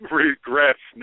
regrets